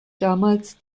damals